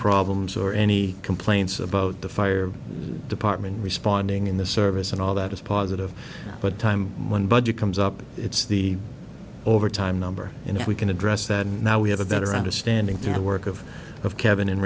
problems or any complaints about the fire department responding in the service and all that is positive but time when budget comes up it's the overtime number and if we can address that now we have a better understanding through the work of of kevin and